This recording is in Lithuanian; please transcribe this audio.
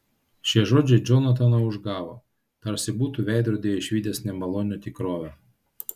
šie žodžiai džonataną užgavo tarsi būtų veidrodyje išvydęs nemalonią tikrovę